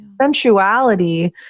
Sensuality